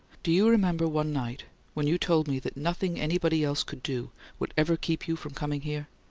do you remember one night when you told me that nothing anybody else could do would ever keep you from coming here?